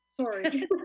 Sorry